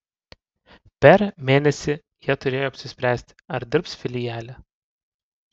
per mėnesį jie turėjo apsispręsti ar dirbs filiale